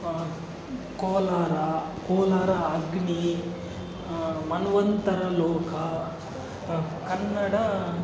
Kolar Kolar Agni Manvantara Loka Kannada